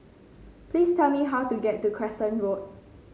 please tell me how to get to Crescent Road